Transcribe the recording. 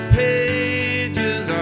pages